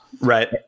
Right